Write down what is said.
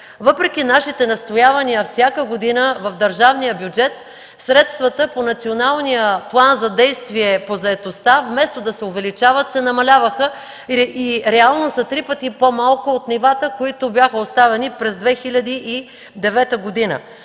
Въпреки нашите настоявания всяка година в държавния бюджет средствата по Националния план за действие по заетостта, вместо да се увеличават се намаляваха и реално са три пъти по-малко от нивата, които бяха оставени през 2009 г.